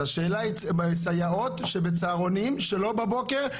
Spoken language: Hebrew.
אז השאלה היא סייעות שבצהרונים שלא בבוקר,